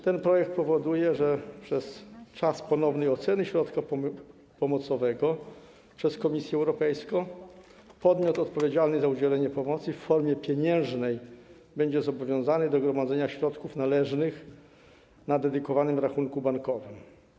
Ten projekt powoduje, że przez czas ponownej oceny środka pomocowego przez Komisję Europejską podmiot odpowiedzialny za udzielenie pomocy w formie pieniężnej będzie zobowiązany do gromadzenia środków należnych na dedykowanym rachunku bankowym.